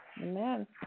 Amen